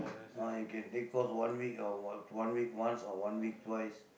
or you can take course one week or one week once or one week twice